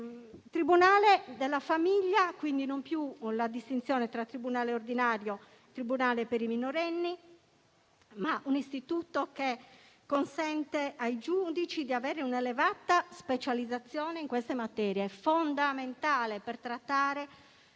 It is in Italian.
Tribunale della famiglia: quindi, non più la distinzione tra tribunale ordinario e tribunale per i minorenni, ma un istituto che consente ai giudici di avere un'elevata specializzazione in queste materie, che è fondamentale per trattare